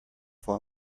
for